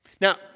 now